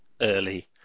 early